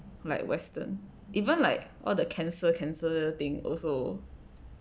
like western even like all the cancel cancel thing also